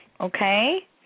Okay